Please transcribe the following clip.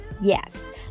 Yes